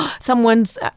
someone's